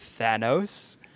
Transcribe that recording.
Thanos